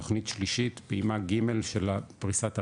תוכנית שלישית פעימה ג' של פריסת הרשת,